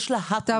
יש לה הכול.